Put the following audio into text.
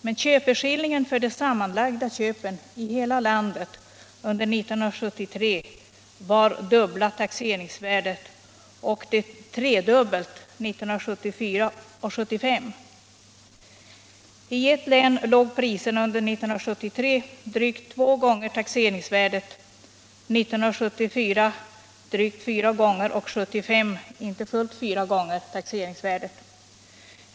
Men köpeskillingen för de sammanlagda köpen i hela landet under 1973 motsvarade dubbla taxeringsvärdet och under 1974 och 1975 det tredubbla taxeringsvärdet. I ett län låg priserna under 1973 på drygt två gånger taxeringsvärdet, under 1974 på drygt fyra gånger och under 1975 på inte fullt fyra gånger taxeringsvärdet.